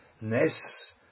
Nes